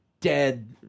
dead